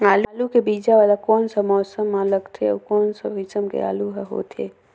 आलू के बीजा वाला कोन सा मौसम म लगथे अउ कोन सा किसम के आलू हर होथे?